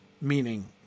meaning